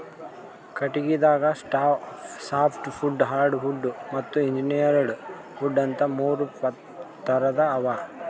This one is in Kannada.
ಕಟಗಿದಾಗ ಸಾಫ್ಟವುಡ್ ಹಾರ್ಡವುಡ್ ಮತ್ತ್ ಇಂಜೀನಿಯರ್ಡ್ ವುಡ್ ಅಂತಾ ಮೂರ್ ಥರದ್ ಅವಾ